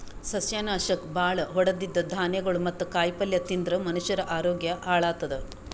ಸಸ್ಯನಾಶಕ್ ಭಾಳ್ ಹೊಡದಿದ್ದ್ ಧಾನ್ಯಗೊಳ್ ಮತ್ತ್ ಕಾಯಿಪಲ್ಯ ತಿಂದ್ರ್ ಮನಷ್ಯರ ಆರೋಗ್ಯ ಹಾಳತದ್